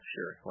Sure